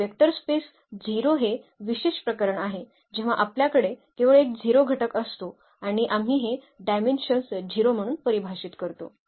आणि vector space 0 हे विशेष प्रकरण आहे जेव्हा आपल्याकडे केवळ एक 0 घटक असतो आणि आम्ही हे डायमेन्शन्स 0 म्हणून परिभाषित करतो